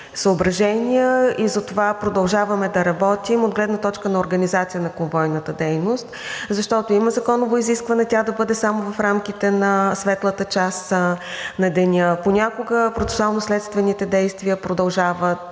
и затова продължаваме да работим от гледна точка на организация на конвойната дейност, защото има законово изискване тя да бъде само в рамките на светлата част на деня. Понякога процесуално-следствените действия продължават